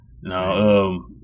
No